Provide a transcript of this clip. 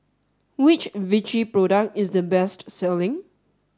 which Vichy product is the best selling